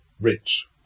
rich